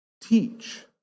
teach